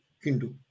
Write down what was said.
Hindu